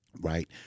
right